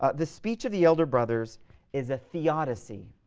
ah the speech of the elder brothers is a theodicy.